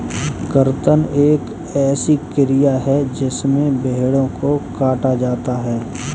कर्तन एक ऐसी क्रिया है जिसमें भेड़ों को काटा जाता है